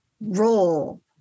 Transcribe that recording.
role